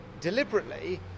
deliberately